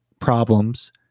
problems